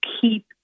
keep